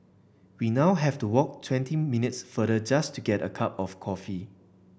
we now have to walk twenty minutes farther just to get a cup of coffee